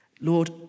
Lord